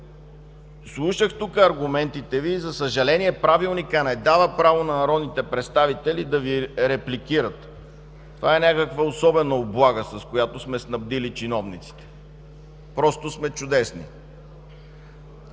Слушах тук аргументите Ви, но за съжаление Правилникът не дава право на народните представители да Ви репликират. Това е някаква особена облага, с която сме снабдили чиновниците. Просто сме чудесни!